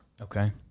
okay